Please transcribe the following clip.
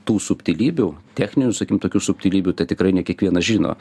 tų subtilybių techninių sakykim tokių subtilybių tai tikrai ne kiekvienas žino